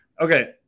Okay